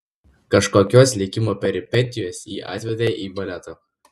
kažkokios likimo peripetijos jį atvedė į baletą